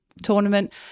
tournament